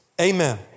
amen